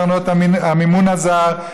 קרנות המימון הזר,